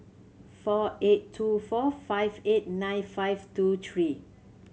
four eight two four five eight nine five two three